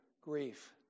grief